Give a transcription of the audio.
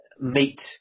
meet